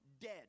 dead